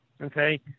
Okay